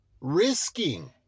risking